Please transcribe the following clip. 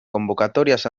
convocatorias